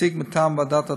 נציג מטעם ועדת הטקסים.